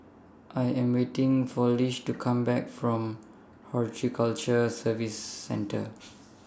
I Am waiting For Lish to Come Back from Horticulture Services Centre